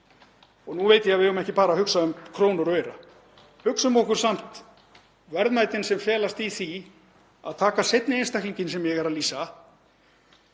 Nú veit ég að við eigum ekki bara að hugsa um krónur og aura en hugsum samt um verðmætin sem felast í því að taka seinni einstaklinginn sem ég er að lýsa,